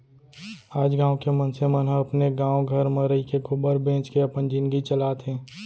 आज गॉँव के मनसे मन ह अपने गॉव घर म रइके गोबर बेंच के अपन जिनगी चलात हें